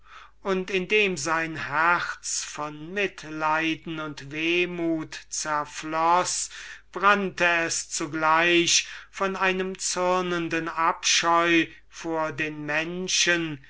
augenblick da sein herz von mitleiden und wehmut zerfloß brannte es von einem zürnenden abscheu vor den menschen